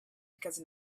because